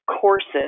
Courses